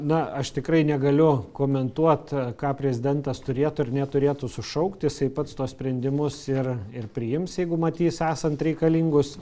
na aš tikrai negaliu komentuot ką prezidentas turėtų ar neturėtų sušaukti jisai pats tuos sprendimus ir ir priims jeigu matys esant reikalingus